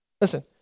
Listen